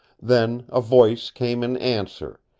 then a voice came in answer,